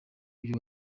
uyu